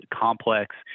complex